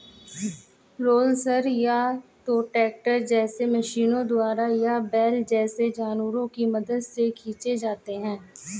rollers या तो tractor जैसे मशीनों द्वारा या बैल जैसे जानवरों की मदद से खींचे जाते हैं